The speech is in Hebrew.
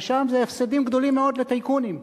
ששם יש הפסדים גדולים מאוד לטייקונים.